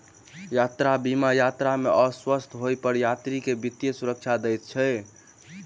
यात्रा बीमा यात्रा में अस्वस्थ होइ पर यात्री के वित्तीय सुरक्षा दैत अछि